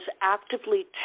actively